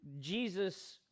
Jesus